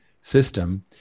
system